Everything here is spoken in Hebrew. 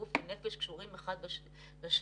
גוף ונפש קשורים אחד בשני.